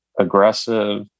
aggressive